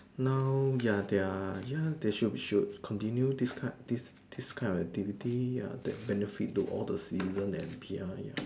now ya there are ya should should continue this kind of activity that benefits to all the citizen and P_R ya